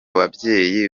babyeyi